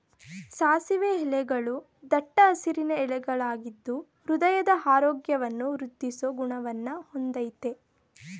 ಸಾಸಿವೆ ಎಲೆಗಳೂ ದಟ್ಟ ಹಸಿರಿನ ಎಲೆಗಳಾಗಿದ್ದು ಹೃದಯದ ಆರೋಗ್ಯವನ್ನು ವೃದ್ದಿಸೋ ಗುಣವನ್ನ ಹೊಂದಯ್ತೆ